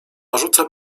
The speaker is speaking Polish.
rzuca